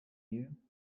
you